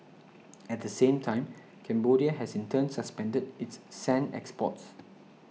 at the same time Cambodia has in turn suspended its sand exports